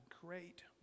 great